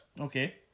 Okay